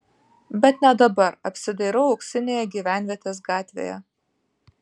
bet ne dabar apsidairau auksinėje gyvenvietės gatvėje